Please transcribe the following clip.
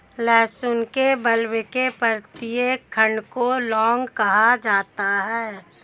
लहसुन के बल्ब के प्रत्येक खंड को लौंग कहा जाता है